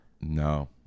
No